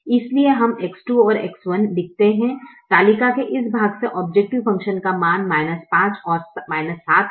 इसलिए हम X2 और X1 लिखते हैं तालिका के इस भाग से औब्जैकटिव फ़ंक्शन का मान 5 और 7 हैं